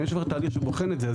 אם יש כבר תהליך שבוחן את זה,